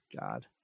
God